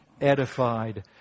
edified